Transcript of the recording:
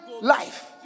Life